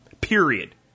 period